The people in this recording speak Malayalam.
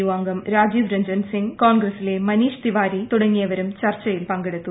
യു അംഗം രാജീവ് രഞ്ജൻ ് സിംഗ് കോൺഗ്രസിലെ മനീഷ് തിവാരി തുടങ്ങിയവരും ചർച്ചയിൽ പങ്കെടുത്തു